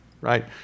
right